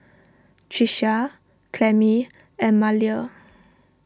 Tricia Clemie and Maleah